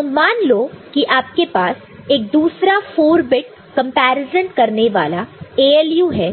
तो मान लो कि आपके पास एक दूसरा 4 बिट कंपैरिजन करने वाला ALU है